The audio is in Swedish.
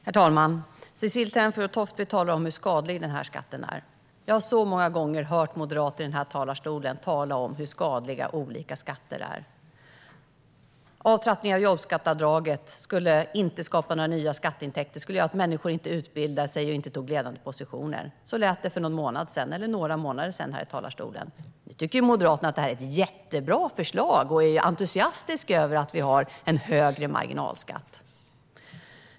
Herr talman! Cecilie Tenfjord-Toftby talar om hur skadlig den här skatten är. Jag har många gånger hört moderater i den här talarstolen tala om hur skadliga olika skatter är. En avtrappning av jobbskatteavdraget skulle inte skapa några nya skatteintäkter utan göra så att människor inte utbildade sig och inte tog ledande positioner. Så lät det för några månader sedan här i talarstolen. Nu tycker Moderaterna att det här är ett jättebra förslag. De är entusiastiska över att vi har en högre marginalskatt.